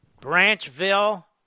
Branchville